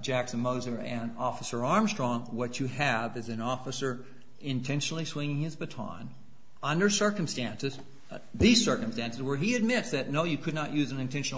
jackson moser an officer armstrong what you have is an officer intentionally swinging his baton under circumstances these circumstances where he admits that no you could not use an intentional